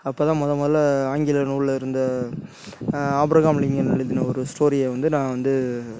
அப்போ தான் மொதல் முதல்ல ஆங்கில நூலில் இருந்த ஆப்ரகாம் லிங்கன் எழுதின ஒரு ஸ்டோரியை வந்து நான் வந்து